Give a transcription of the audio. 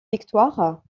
victoire